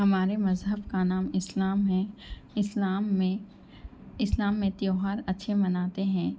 ہمارے مذہب کا نام اسلام ہے اسلام میں اسلام میں تہوار اچھے مناتے ہیں